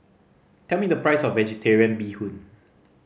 tell me the price of Vegetarian Bee Hoon